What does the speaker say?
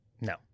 No